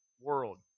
world